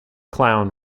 clown